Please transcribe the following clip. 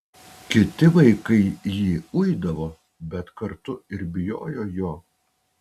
kiti vaikai jį uidavo bet kartu ir bijojo jo